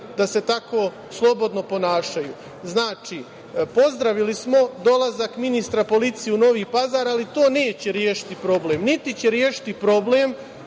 da se tako slobodno ponašaju? Znači, pozdravili smo dolazak ministra policije u Novi Pazar, ali to neće rešiti problem, niti će rešiti problem